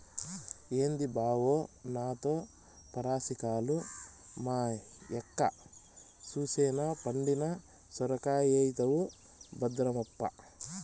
ఏంది బావో నాతో పరాసికాలు, మా యక్క సూసెనా పండిన సొరకాయైతవు భద్రమప్పా